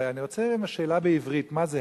אני רוצה לשאול שאלה בעברית: מה זה,